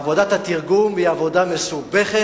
עבודת התרגום היא עבודה מסובכת,